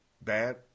bad